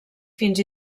fins